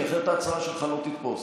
כי אחרת ההצהרה שלך לא תתפוס.